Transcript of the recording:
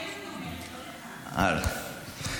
הצעת חוק הרשות לטיפול בנפגעי הלם קרב,